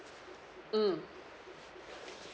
mm